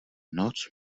noc